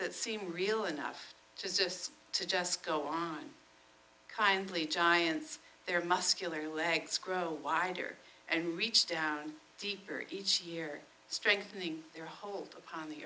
that seem real enough just to just go on kindly giants their muscular legs grow wider and reach down deeper each year strengthening their hold upon the